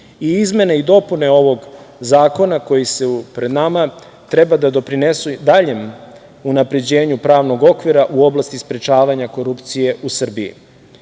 i izmene i dopune ovog zakona, koje su pred nama, treba da doprinesu daljem unapređenju pravnog okvira u oblasti sprečavanja korupcije u Srbiji. Pored